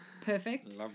perfect